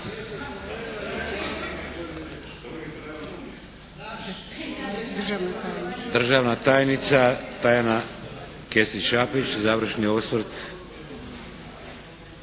Državna tajnica Tajana Kesić Šapić, završni osvrt.